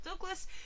Douglas